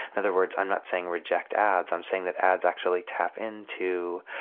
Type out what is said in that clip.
in other words i'm not saying reject ads, i'm saying that ads actually tap into